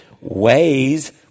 Ways